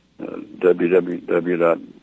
www